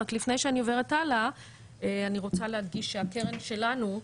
רק לפני שאני עוברת הלאה אני רוצה להדגיש שהקרן שלנו,